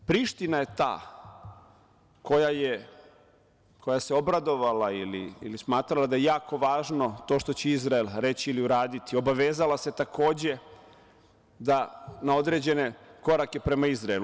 Priština je ta koja se obradovala i smatrala da je jako važno to što će Izrael reći ili uraditi, obavezala se takođe na određene korake prema Izraelu.